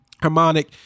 harmonic